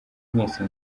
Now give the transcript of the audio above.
mwese